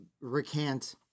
recant